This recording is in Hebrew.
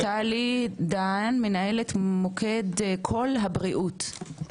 טלי דהן, מנהלת מוקד קול הבריאות.